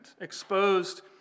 exposed